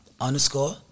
underscore